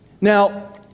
Now